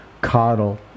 coddle